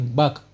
back